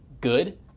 good